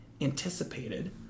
anticipated